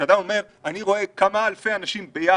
כשאדם אומר: אני רואה כמה אלפי אנשים ביחד,